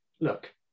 look